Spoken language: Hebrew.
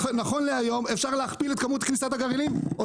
נכון להיום אפשר להכפיל את כמות כניסת הגרעינים עוד